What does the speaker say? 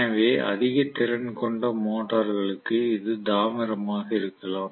எனவே அதிக திறன் கொண்ட மோட்டர்களுக்கு இது தாமிரமாக இருக்கலாம்